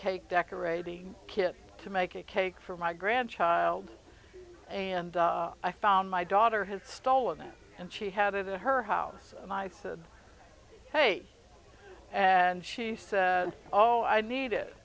cake decorating kit to make a cake for my grandchild and i found my daughter had stolen it and she had it in her house and i said hey and she said oh i need it